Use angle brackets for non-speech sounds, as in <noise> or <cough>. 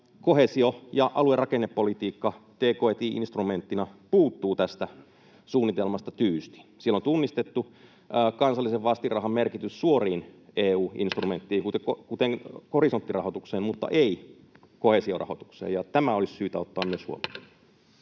Koheesio- ja aluerakennepolitiikka t&k&i-instrumenttina puuttuu tästä suunnitelmasta tyystin. Siellä on tunnistettu kansallisen vastinrahan merkitys suoriin EU-instrumentteihin, <noise> kuten horisonttirahoitukseen, mutta ei koheesiorahoitukseen. Myös tämä olisi syytä ottaa [Puhemies